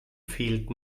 fehlt